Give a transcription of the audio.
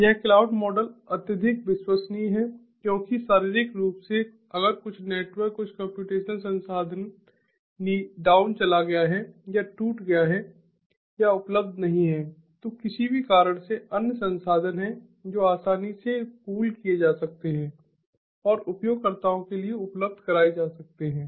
यह cloud model अत्यधिक विश्वसनीय है क्योंकि शारीरिक रूप से अगर कुछ नेटवर्क कुछ कम्प्यूटेशनल संसाधन नीचे चला गया है या टूट गया है या उपलब्ध नहीं है तो किसी भी कारण से अन्य संसाधन हैं जो आसानी से पूल किए जा सकते हैं और उपयोगकर्ताओं के लिए उपलब्ध कराए जा सकते हैं